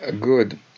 Good